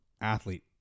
athlete